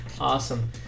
Awesome